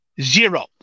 Zero